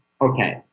okay